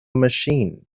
machine